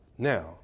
Now